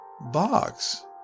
Box